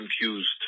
confused